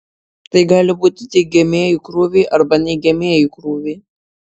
tai gali būti teigiamieji krūviai arba neigiamieji krūviai